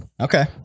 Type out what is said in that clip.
Okay